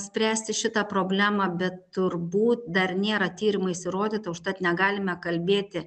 spręsti šitą problemą bet turbūt dar nėra tyrimais įrodyta užtat negalime kalbėti